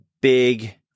big